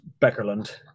Beckerland